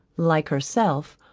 like herself,